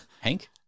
Hank